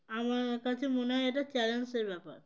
আমার কাছে মনে হয় এটা চ্যালেঞ্জের ব্যাপার